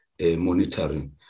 monitoring